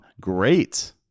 great